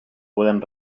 pueden